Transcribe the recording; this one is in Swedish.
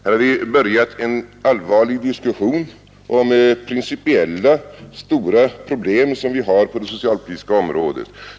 Här har vi börjat en allvarlig diskussion om principiella stora problem som vi har på det socialpolitiska området.